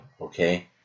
Okay